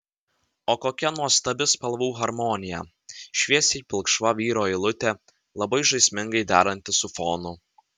o kokia nuostabi spalvų harmonija šviesiai pilkšva vyro eilutė labai žaismingai deranti su fonu